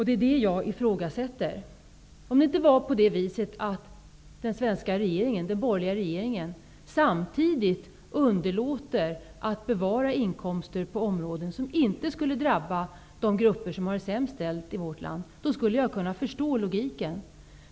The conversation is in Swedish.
Det är detta som jag ifrågasätter. Om den borgerliga regeringen inte samtidigt underlät att bevara inkomster på områden som inte skulle drabba de grupper som har det sämst ställt i vårt land, skulle jag kunna förstå logiken.